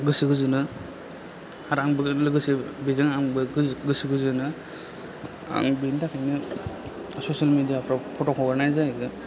गोसो गोजोनो आरो आंबो लोगोसे बेजों आंबो गोसो गोजोनो आं बेनि थाखायनो ससियेल मेदिया फ्राव फट' हगारनाय जायो